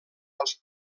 als